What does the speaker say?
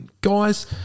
Guys